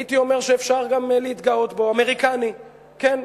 הייתי אומר שאפשר גם להתגאות בו, אמריקני, כן.